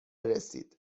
رسید